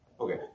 Okay